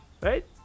Right